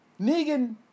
Negan